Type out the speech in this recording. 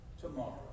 tomorrow